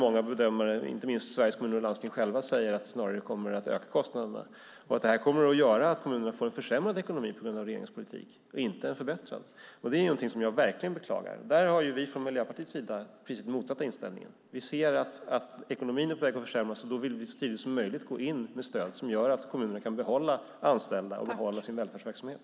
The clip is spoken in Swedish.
Många bedömare, inte minst Sveriges Kommuner och Landsting, säger att det snarare kommer att öka kostnaderna och att kommunerna kommer att få en försämrad ekonomi på grund av regeringens politik - inte en förbättrad. Det är något som jag verkligen beklagar. Från Miljöpartiets sida har vi precis motsatt inställning. Vi ser att ekonomin är på väg att försämras, och då vill vi så tidigt som möjligt gå in med stöd som gör att kommunerna kan behålla anställda och behålla sin välfärdsverksamhet.